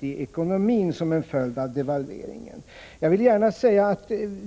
i ekonomin som blivit en följd av devalveringen.